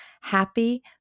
happy